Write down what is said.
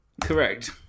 Correct